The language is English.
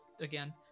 again